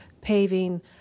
paving